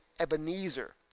Ebenezer